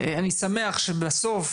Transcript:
אני שמח שבסוף